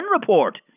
report